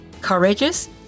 courageous